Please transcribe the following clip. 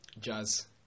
Jazz